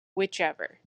whichever